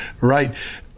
right